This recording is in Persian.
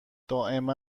دائما